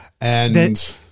And-